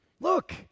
Look